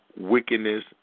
wickedness